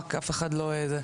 אלא שאף אחד לא שולח.